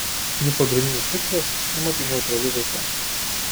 jų pagrindinis tikslas klimatui neutrali veikla